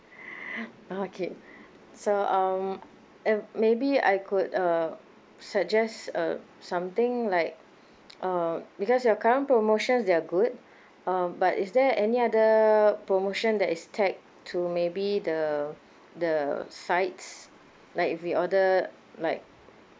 okay so um uh maybe I could uh suggest uh something like uh because your current promotions they're good uh but is there any other promotion that is tag to maybe the the sides like if we order like